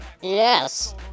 yes